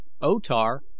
O-Tar